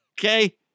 Okay